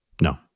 No